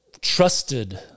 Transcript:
trusted